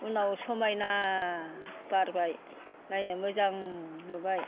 उनाव समायना बारबाय नायनो मोजां नुबाय